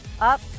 up